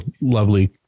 lovely